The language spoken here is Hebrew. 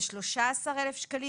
13,000 שקלים.